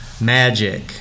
Magic